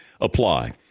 apply